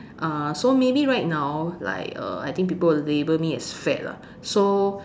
uh so maybe right now like err I think people will label me as fat lah so